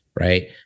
Right